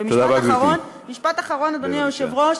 משפט אחרון, אדוני היושב-ראש.